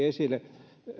esille myöskin